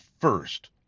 first